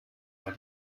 war